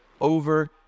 over